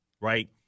right